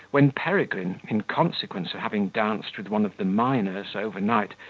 when peregrine, in consequence of having danced with one of the minors overnight,